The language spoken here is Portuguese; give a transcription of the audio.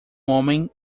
homem